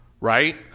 right